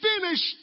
finished